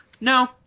No